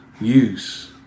use